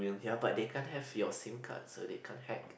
ya but they can't have your seal card so they can't hack